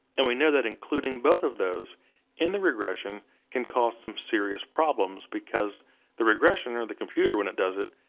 and we know that including both of those in the regression can cause some serious problems because the regression, or the computer when it does it,